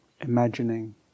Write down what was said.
imagining